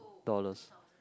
dollars